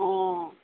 অঁ